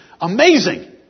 amazing